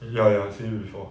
ya ya ya I seen it before